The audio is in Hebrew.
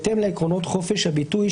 ובהתאם לעקרונות חופש הביטוי,